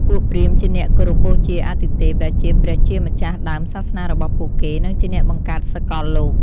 ពួកព្រាហ្មណ៍ជាអ្នកគោរពបូជាអាទិទេព ដែលជាព្រះជាម្ចាស់ដើមសាសនារបស់ពួកគេ និងជាអ្នកបង្កើតសកលលោក។